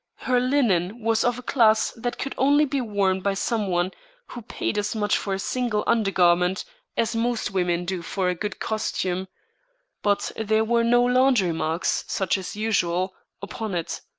her linen was of a class that could only be worn by some one who paid as much for a single under-garment as most women do for a good costume but there were no laundry marks, such as usual, upon it.